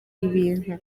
ibintu